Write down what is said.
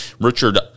Richard